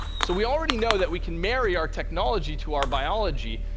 so we already know that we can marry our technology to our biology,